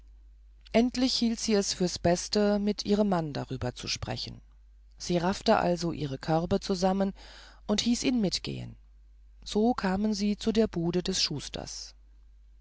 endlich hielt sie es fürs beste mit ihrem mann darüber zu sprechen sie raffte also ihre körbe zusammen und hieß ihn mitgehen so kamen sie zu der bude des schusters